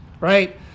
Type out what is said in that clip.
right